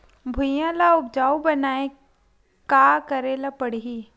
भुइयां ल उपजाऊ बनाये का करे ल पड़ही?